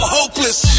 hopeless